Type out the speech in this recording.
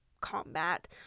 combat